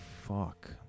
fuck